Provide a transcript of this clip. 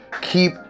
Keep